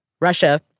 Russia